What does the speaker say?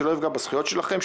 שלא יפגע בזכויות שלכם,